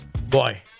Boy